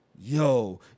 yo